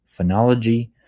phonology